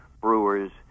brewers